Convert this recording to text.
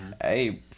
Hey